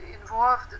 involved